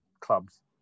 clubs